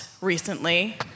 recently